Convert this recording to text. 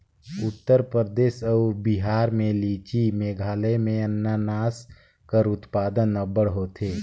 उत्तर परदेस अउ बिहार में लीची, मेघालय में अनानास कर उत्पादन अब्बड़ होथे